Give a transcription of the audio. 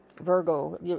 Virgo